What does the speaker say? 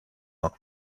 not